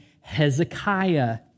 Hezekiah